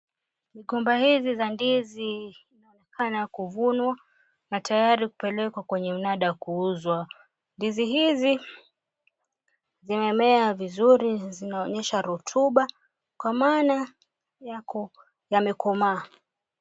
Mikoba hizi za ndizi zinaonekana kuvunwa na tayari kupelekwa kwenye mnada kuuzwa. Ndizi hizi zimemea vizuri zinaonyesha rotuba kwa maana yamekomaa.